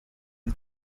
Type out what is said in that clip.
the